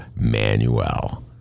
Manuel